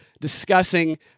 discussing